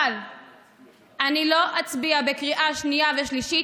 אבל אני לא אצביע בקריאה השנייה והשלישית